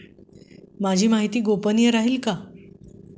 माझी माहिती गोपनीय राहील का?